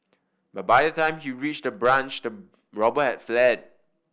but by the time he reached the branch the robber had fled